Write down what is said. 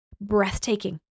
breathtaking